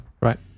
Right